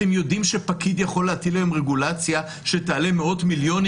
אתם יודעים שפקיד יכול להטיל היום רגולציה שתעלה מאות מיליונים,